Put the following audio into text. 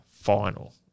final